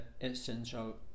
essential